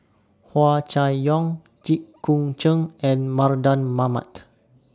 Hua Chai Yong Jit Koon Ch'ng and Mardan Mamat